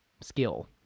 skill